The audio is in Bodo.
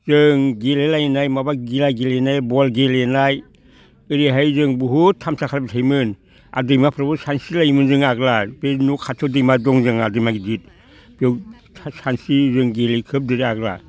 जों गेलेलायनाय माबा गिला गेलेनाय बल गेलेनाय ओरैहाय जों बहुद थामसा खालामसोयोमोन आरो दैमाफोरावबो सानस्रिलायोमोन जों आगोलहाय बे न' खाथियाव दैमा दं जोंहा दैमा गिदिर बेयाव सानस्रियो जों गेलेयो खोब आगोलो